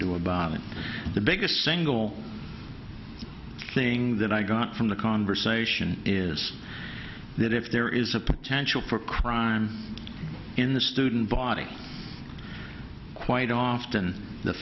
do about it the biggest single thing that i got from the conversation is that if there is a potential for crime in the student body quite often the